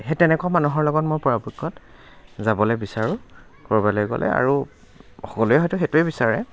সেই তেনেকুৱা মানুহৰ লগত মোৰ পৰাপক্ষত যাবলৈ বিচাৰোঁ কৰবালৈ গ'লে আৰু সকলোৱে হয়তো সেইটোৱেই বিচাৰে